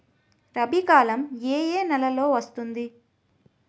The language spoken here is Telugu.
రబీ కాలం ఏ ఏ నెలలో వస్తుంది?